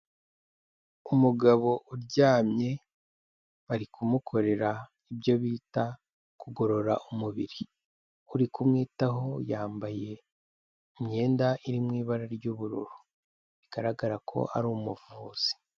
Umugabo uryamye, bari kumukorera ibyo bita kugorora umubiri, uri kumwitaho yambaye imyenda iri mu ibara ry'ubururu, bigaragara ko ari umuvuzi.